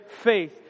faith